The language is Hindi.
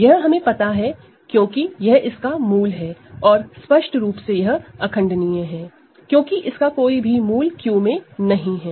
यह हमें पता है क्योंकि यह इसका रूट है और स्पष्ट रूप से यह इररेडूसिबल है क्योंकि इसका कोई भी रूट Q में नहीं है